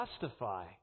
justify